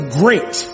great